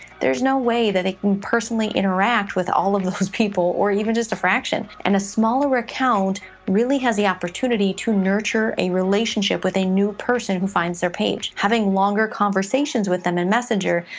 there's no way that they can personally interact with all of those people or even just a fraction, and a smaller account really has the opportunity to nurture a relationship with a new person who finds their page. having longer conversations with them in messenger,